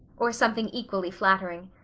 or something equally flattering.